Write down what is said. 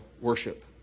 worship